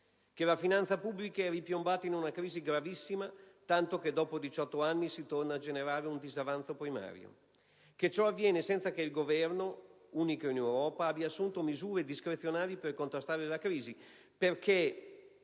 che la finanza pubblica è ripiombata in una crisi gravissima, tanto che dopo 18 anni si torna a generare un disavanzo primario; che ciò avviene senza che il Governo (unico in Europa) abbia assunto misure discrezionali per contrastare la crisi. Infatti,